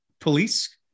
Police